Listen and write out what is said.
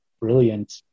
brilliant